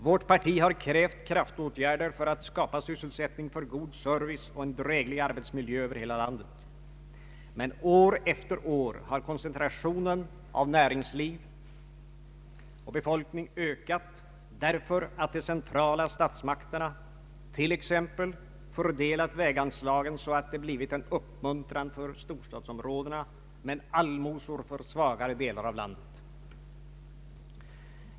Vårt parti har påyrkat kraftåtgärder för att skapa sysselsättning för god service och en dräglig arbetsmiljö över hela landet. Men år efter år har koncentrationen av näringsliv och befolkning ökat därför att de centrala statsmakterna t.ex. fördelat väganslagen så, att de blivit en uppmuntran för storstadsområdena, men allmosor för svagare delar av landet.